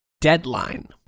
deadline